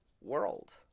world